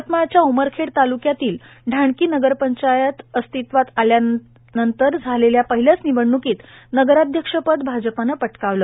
यवतमाळच्या उमरखेड ताल्क्यातील ढाणकी नगरपंचायत अस्तित्वात आल्यानंतर झालेल्या पहिल्याच निवडण्कीत नगराध्यक्ष पद भाजपनं पटकाविले